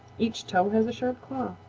each toe has a sharp claw.